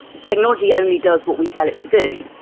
technology only does what we tell it to do.